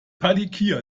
palikir